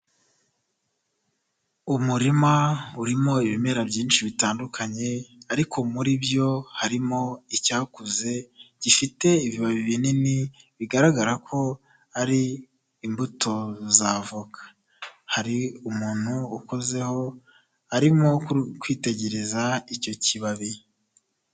Umurima urimo ibimera byinshi bitandukanye ariko muri byo harimo icyakuze gifite ibibabi binini bigaragara ko ari imbuto za avoka, hari umuntu ukozeho arimo kwitegereza icyo kibabi.